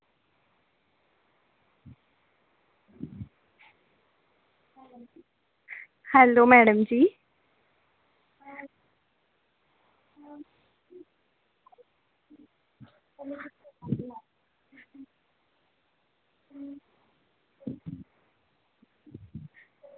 hello madam ji